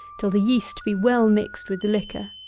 till the yeast be well mixed with the liquor.